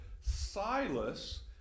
Silas